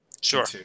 Sure